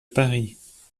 paris